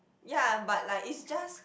ya but like it's just